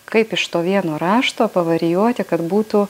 kaip iš to vieno rašto pavarijuoti kad būtų